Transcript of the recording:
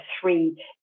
three